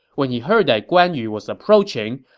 when he heard that guan yu was approaching,